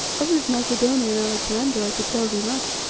of this macedonian alexander i could tell thee much,